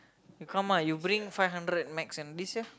you come ah you bring five hundred max and this year